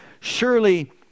Surely